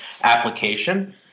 application